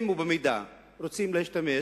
אם ובמידה שרוצים להשתמש,